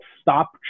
stop